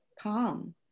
calm